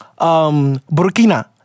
Burkina